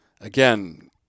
again